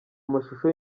amashusho